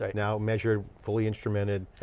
like now measured, fully instrumented.